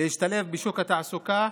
להשתלב בשוק התעסוקה,